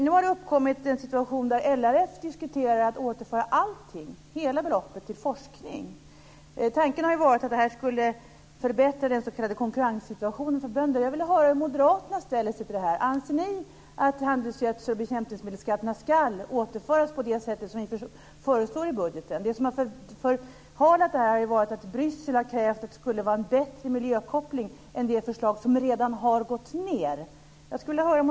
Nu har det uppkommit en situation där LRF diskuterar att återföra hela beloppet till forskning. Tanken har varit att detta skulle förbättra den s.k. konkurrenssituationen för bönderna. Jag vill höra hur moderaterna ställer sig till detta. Anser ni att handelsgödsel och bekämpningsmedelsskatterna ska återföras på det sätt som vi föreslår i budgeten? Det som har förhalat detta är att Bryssel har krävt att det skulle vara en bättre miljökoppling än i det förslag som redan har lagts fram.